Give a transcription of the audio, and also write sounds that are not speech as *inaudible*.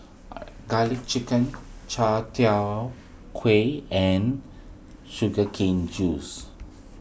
*noise* Garlic Chicken Chai Tow Kuay and Sugar Cane Juice